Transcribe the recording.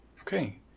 Okay